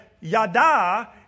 yada